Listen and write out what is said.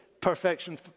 perfection